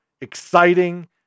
exciting